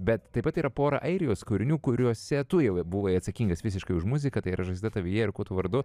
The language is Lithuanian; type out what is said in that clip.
bet taip pat yra pora airijos kūrinių kuriuose tu jau buvai atsakingas visiškai už muziką tai yra žaizda tavyje ir kuo tu vardu